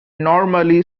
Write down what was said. normally